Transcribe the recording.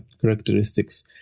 characteristics